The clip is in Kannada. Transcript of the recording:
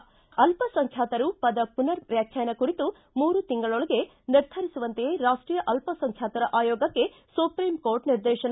ಿ ಅಲ್ಲಸಂಖ್ಯಾತರು ಪದ ಪುನರ್ ವ್ಯಾಖ್ಯಾನ ಕುರಿತು ಮೂರು ತಿಂಗಳೊಳಗೆ ನಿರ್ಧರಿಸುವಂತೆ ರಾಷ್ಟೀಯ ಅಲ್ಪಸಂಖ್ಯಾತರ ಆಯೋಗಕ್ಕೆ ಸುಪ್ರೀಂಕೋರ್ಟ್ ನಿರ್ದೇಶನ